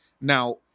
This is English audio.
Now